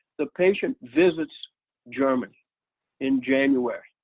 the patient visits germany in january,